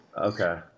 Okay